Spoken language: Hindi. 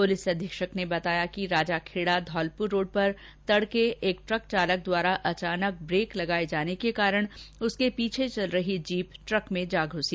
पुलिस अधीक्षक ने आज बताया कि राजाखेड़ा धौलपुर रोड पर तड़के एक ट्रक चालक द्वारा अचानक ब्रेक लगाये जाने के कारण उसके पीछे चल रही जीप ट्रक में जा घुसी